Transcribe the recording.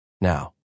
Now